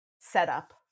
setup